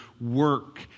work